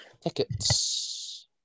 Tickets